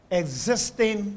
existing